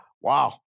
Wow